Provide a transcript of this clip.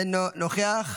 אינו נוכח,